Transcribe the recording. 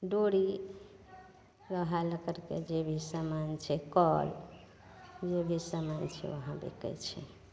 डोरी लोहा लक्कड़के ढेरिक समान छै कल जे भी समान छै इहाँ बिकै छै